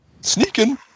Sneaking